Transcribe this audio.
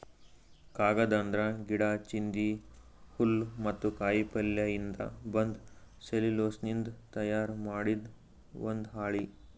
ಕಾಗದ್ ಅಂದ್ರ ಗಿಡಾ, ಚಿಂದಿ, ಹುಲ್ಲ್ ಮತ್ತ್ ಕಾಯಿಪಲ್ಯಯಿಂದ್ ಬಂದ್ ಸೆಲ್ಯುಲೋಸ್ನಿಂದ್ ತಯಾರ್ ಮಾಡಿದ್ ಒಂದ್ ಹಾಳಿ